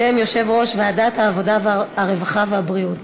בשם יושב-ראש ועדת העבודה, הרווחה והבריאות.